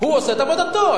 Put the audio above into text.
הוא עושה את עבודתו.